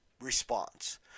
response